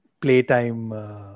playtime